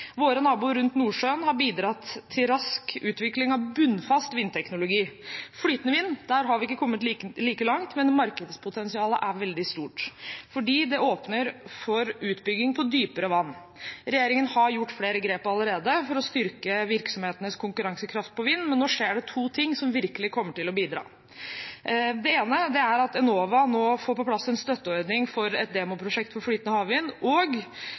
Våre naboer rundt Nordsjøen har bidratt til rask utvikling av bunnfast vindteknologi. Når det gjelder flytende vind, har vi ikke kommet like langt, men markedspotensialet er veldig stort, fordi det åpner for utbygging på dypere vann. Regjeringen har gjort flere grep allerede for å styrke virksomhetenes konkurransekraft på vind, men nå skjer det to ting som virkelig kommer til å bidra. Det ene er at Enova får på plass en støtteordning for et demoprosjekt for flytende havvind, og